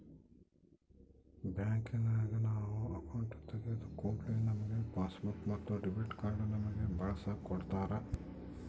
ಬ್ಯಾಂಕಿನಗ ನಾವು ಅಕೌಂಟು ತೆಗಿದ ಕೂಡ್ಲೆ ನಮ್ಗೆ ಪಾಸ್ಬುಕ್ ಮತ್ತೆ ಡೆಬಿಟ್ ಕಾರ್ಡನ್ನ ನಮ್ಮಗೆ ಬಳಸಕ ಕೊಡತ್ತಾರ